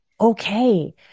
okay